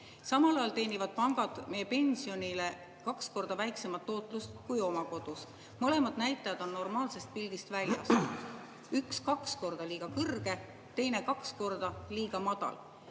Samal ajal teenivad pangad meie pensionile kaks korda väiksemat tootlust kui oma kodus. Mõlemad näitajad on normaalsest pildist väljas: üks kaks korda liiga kõrge, teine kaks korda liiga madal,